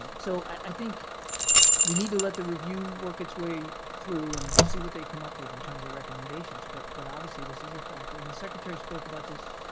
so i think we need to let the review work its way through and see what they come up with in terms of recommendations. but but obviously this is a factor, and the secretary spoke about this